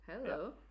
Hello